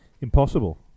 Impossible